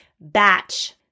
batch